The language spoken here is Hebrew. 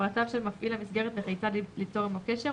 פרטיו של מפעיל המסגרת וכיצד ליצור עימו קשר,